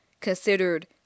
considered